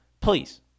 please